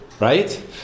right